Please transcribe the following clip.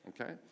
okay